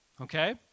okay